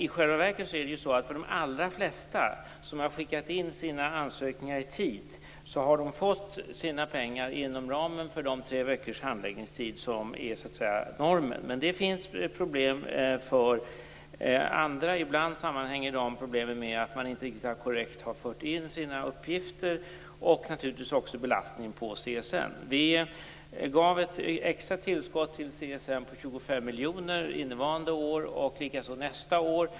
I själva verket har de allra flesta som har skickat in sina ansökningar i tid fått sina pengar inom ramen för de tre veckors handläggningstid som är normen. Men det finns problem för andra. Ibland sammanhänger de problemen med att man inte har fört in sina uppgifter korrekt liksom naturligtvis också med belastningen på CSN. Vi gav ett extra tillskott till CSN på 25 miljoner innevarande år, och samma sak sker nästa år.